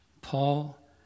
Paul